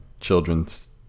children's